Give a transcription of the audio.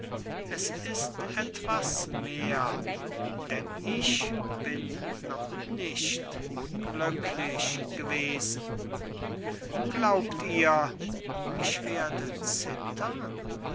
es ist etwas mehr denn ich bin noch nicht glücklich gewesen glaubt ihr ich werde zittern